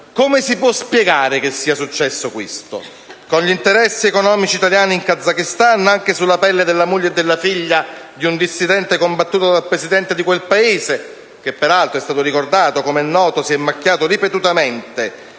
Come si può spiegare che sia successo questo? Con gli interessi economici italiani in Kazakistan anche sulla pelle della moglie e della figlia di un dissidente combattuto dal presidente di quel Paese? Che peraltro - è stato ricordato - come è noto - si è macchiato ripetutamente